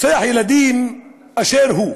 רוצח ילדים באשר הוא,